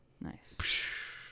Nice